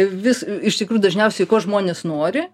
vis iš tikrųjų dažniausiai ko žmonės nori